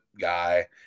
guy